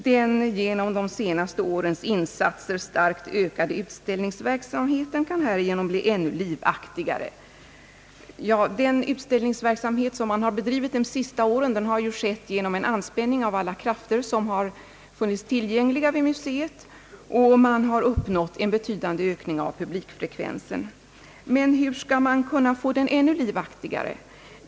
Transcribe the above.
Den genom de senaste årens insatser starkt ökade utställningsverksamheten kan härigenom bli ännu livaktigare. Ja, den utställningsverksamhet som man bedrivit de senaste åren har ju skett genom en anspänning av alla de krafter som fanns tillgängliga vid museet, och man har uppnått en betydande ökning av publikfrekvensen. Men bur skall man få den ännu livaktigare?